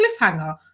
cliffhanger